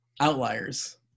outliers